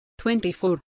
24